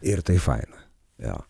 ir tai faina jo